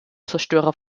zerstörer